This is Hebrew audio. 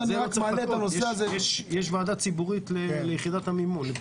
יש ועדה ציבורית ליחידת המימון.